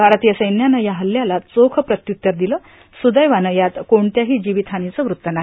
भारतीय सैन्यानं या हल्ल्याला चोख प्रत्युत्तर दिलं सुदैवानं यात कोणत्याही जीवित हानीचं वृत्त नाही